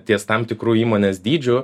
ties tam tikru įmonės dydžiu